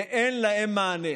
אבל למען